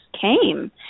came